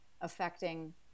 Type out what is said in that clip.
affecting